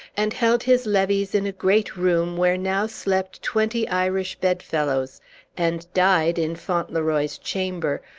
and held his levees in a great room where now slept twenty irish bedfellows and died in fauntleroy's chamber,